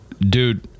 dude